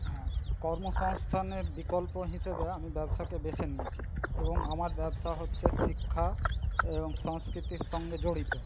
হ্যাঁ কর্মসংস্থানের বিকল্প হিসেবে আমি ব্যবসাকে বেছে নিয়েছি এবং আমার ব্যবসা হচ্ছে শিক্ষা এবং সংস্কৃতির সঙ্গে জড়িত